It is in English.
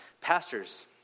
pastors